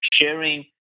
sharing